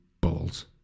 balls